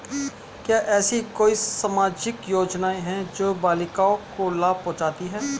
क्या ऐसी कोई सामाजिक योजनाएँ हैं जो बालिकाओं को लाभ पहुँचाती हैं?